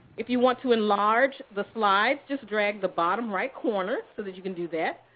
if you want to enlarge the slides, just drag the bottom right corner so that you can do that.